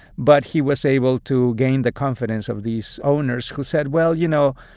but he was able to gain the confidence of these owners who said, well, you know,